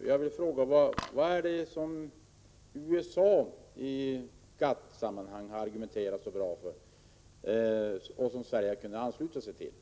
En socialklausul är någonting som USA i GATT-sammanhang har argumenterat så bra för att Sverige kunnat ansluta sig.